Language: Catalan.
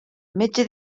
metge